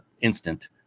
instant